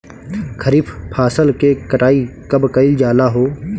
खरिफ फासल के कटाई कब कइल जाला हो?